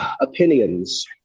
opinions